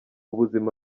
ubuzima